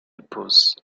épouse